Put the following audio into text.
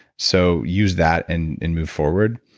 so use that and and move forward.